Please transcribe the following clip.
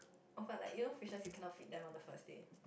oh but like you know fishes you can not feed them on the first day